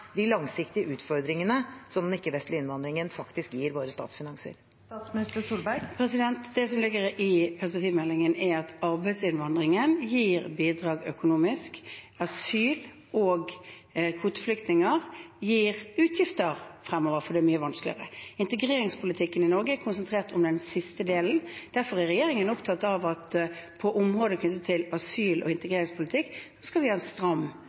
de langsiktige utfordringene den ikke-vestlige innvandringen faktisk gir våre statsfinanser? Det som ligger i perspektivmeldingen, er at arbeidsinnvandringen gir bidrag økonomisk. Asyl- og kvoteflyktninger gir utgifter fremover, for det er mye vanskeligere. Integreringspolitikken i Norge er konsentrert om den siste delen. Derfor er regjeringen opptatt av at på områder knyttet til asyl- og integreringspolitikk skal vi ha en stram